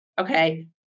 Okay